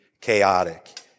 chaotic